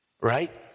Right